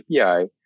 API